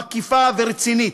מקיפה ורצינית.